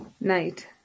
night